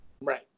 Right